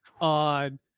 on